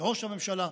לראש הממשלה,